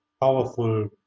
powerful